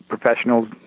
professionals